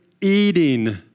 eating